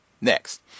next